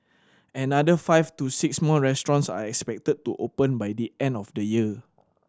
another five to six more restaurants are expected to open by the end of the year